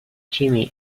jimmy